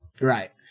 Right